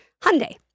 Hyundai